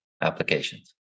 applications